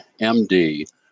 MD